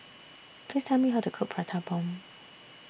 Please Tell Me How to Cook Prata Bomb